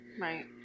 right